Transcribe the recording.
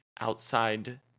outside